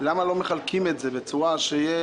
למה לא מחלקים את זה בצורה שוויונית